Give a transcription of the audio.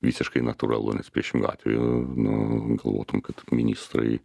visiškai natūralu nes priešingu atveju nu galvotum kad ministrai